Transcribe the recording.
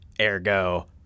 ergo